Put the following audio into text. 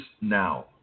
now